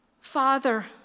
Father